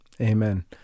Amen